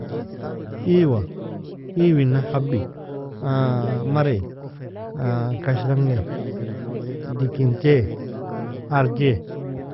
Iywa iwinan habi marai kashrangai dikintai arjai.